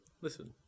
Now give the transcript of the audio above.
Listen